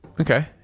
Okay